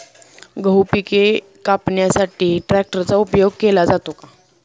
गहू पिके कापण्यासाठी ट्रॅक्टरचा उपयोग केला जातो का?